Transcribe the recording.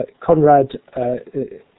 Conrad